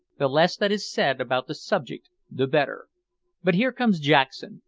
the less that is said about the subject the better but here comes jackson.